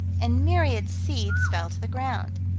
and myriad seeds fell to the ground.